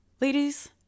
Ladies